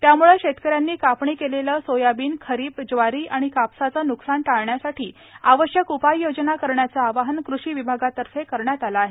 त्यामुळे शेतकऱ्यांनी कापणी केलेले सोयाबीन खरीप ज्वारी आणि कापसाचे नुकसान टाळण्यासाठी आवश्यक उपाययोजना करण्याचे आवाहन कृषि विभागामार्फत करण्यात आले आहे